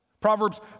Proverbs